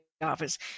office